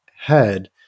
head